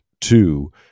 Two